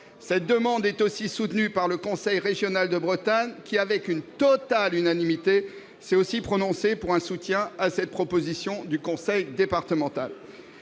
Cette demande est aussi soutenue par le conseil régional de Bretagne qui, avec une totale unanimité, s'est aussi prononcé pour un soutien à cette proposition du conseil départemental.